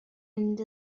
mynd